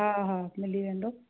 हा हा मिली वेंदो